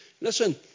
Listen